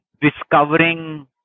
discovering